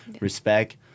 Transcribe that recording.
respect